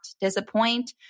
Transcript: disappoint